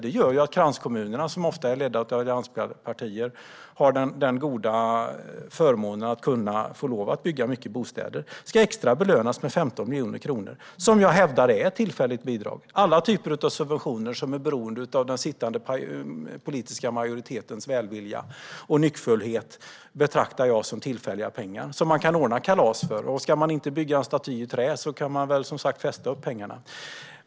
Det gör att kranskommunerna, som ofta är ledda av allianspartier, har förmånen att få lov att bygga många bostäder. Det här ska belönas extra med 15 miljoner kronor - som jag hävdar är ett tillfälligt bidrag. Alla typer av subventioner som är beroende av den sittande politiska majoritetens välvilja och nyckfullhet betraktar jag som tillfälliga pengar som man kan ordna kalas för. Ska man inte bygga en staty i trä kan man som sagt festa upp pengarna.